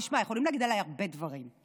תשמע, יכולים להגיד עליי הרבה דברים.